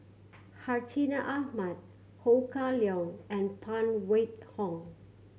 Hartinah Ahmad Ho Kah Leong and Phan Wait Hong